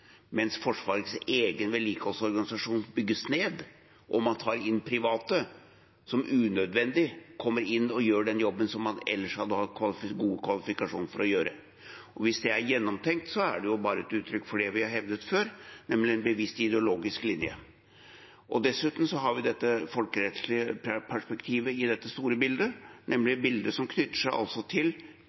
mens Forsvarets egen vedlikeholdsorganisasjon bygges ned, og man tar inn private, som unødvendig kommer inn og gjør den jobben som man ellers hadde hatt gode kvalifikasjoner for å gjøre. Hvis det er gjennomtenkt, er det bare et uttrykk for det vi har hevdet før, nemlig at det er en bevisst ideologisk linje. Dessuten har vi det folkerettslige perspektivet i dette store bildet, som knytter seg til: